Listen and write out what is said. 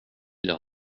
leur